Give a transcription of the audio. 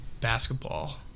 Basketball